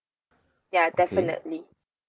ya definitely